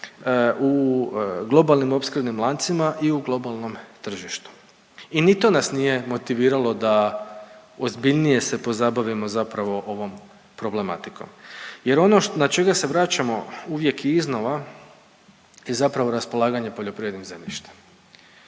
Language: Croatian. u globalnim opskrbnim lancima i u globalnom tržištu. I ni to nas nije motiviralo da ozbiljnije se pozabavimo zapravo ovom problematikom, jer ono na čega se vraćamo uvijek i iznova je zapravo raspolaganje poljoprivrednim zemljištem.